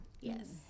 Yes